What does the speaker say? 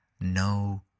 no